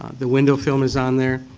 the window film is on there.